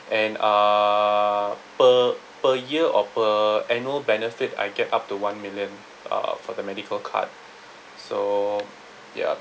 and uh per per year or per annual benefit I get up to one million uh for the medical card so ya